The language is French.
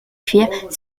cuivre